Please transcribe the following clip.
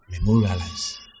Memorialize